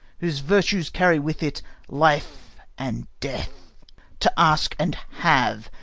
whose virtues carry with it life and death to ask and have,